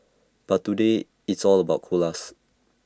but today it's all about koalas